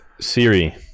Siri